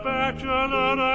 bachelor